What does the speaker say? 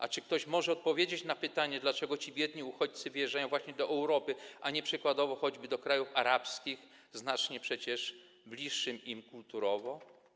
A czy ktoś może odpowiedzieć na pytanie, dlaczego ci biedni uchodźcy wyjeżdżają właśnie do Europy, a nie przykładowo choćby do krajów arabskich, znacznie przecież bliższych im kulturowo?